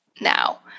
now